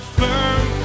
firm